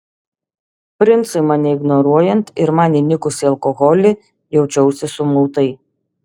princui mane ignoruojant ir man įnikus į alkoholį jaučiausi sumautai